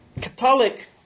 Catholic